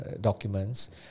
documents